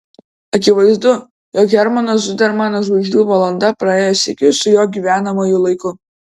akivaizdu jog hermano zudermano žvaigždžių valanda praėjo sykiu su jo gyvenamuoju laiku